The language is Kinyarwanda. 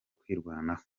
kwirwanaho